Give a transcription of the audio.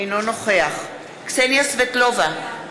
אינו נוכח קסניה סבטלובה,